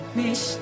miss